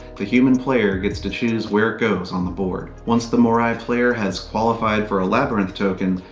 the human player gets to choose where it goes on the board. once the moirai player has qualified for a labyrinth token,